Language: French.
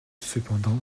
cependant